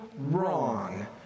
Wrong